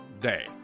day